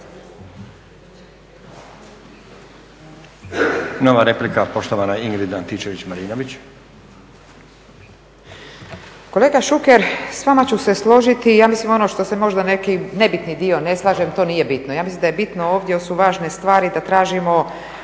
Marinović, Ingrid (SDP)** Kolega Šuker, s vama ću se složiti ja mislim ono što se možda neki nebitni dio ne slažem, to nije bitno. Ja mislim da je bitno ovdje jer su važne stvari, da tražimo